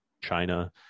China